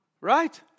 Right